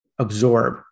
absorb